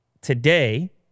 today